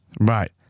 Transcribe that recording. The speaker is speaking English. Right